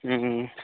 ऊं हूं